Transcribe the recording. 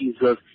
Jesus